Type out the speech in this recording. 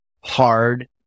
hard